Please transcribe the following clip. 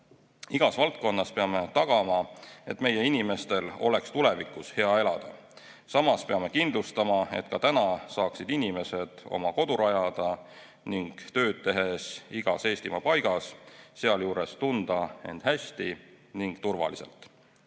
Igas valdkonnas peame tagama, et meie inimestel oleks tulevikus hea elada. Samas peame kindlustama, et ka täna saaksid inimesed oma kodu rajada ning tööd teha igas Eestimaa paigas ning sealjuures tunda end hästi ning turvaliselt.